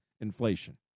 inflation